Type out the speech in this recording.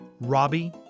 Robbie